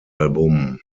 album